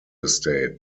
estate